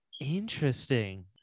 Interesting